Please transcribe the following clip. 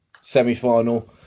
semi-final